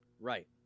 right